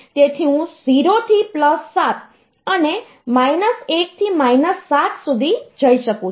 તેથી હું 0 થી પ્લસ 7 અને માઈનસ 1 થી માઈનસ 7 સુધી જઈ શકું છું